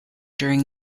during